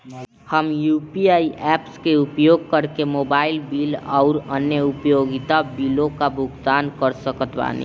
हम UPI apps के उपयोग करके मोबाइल बिल आउर अन्य उपयोगिता बिलों का भुगतान कर सकतानी